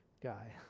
guy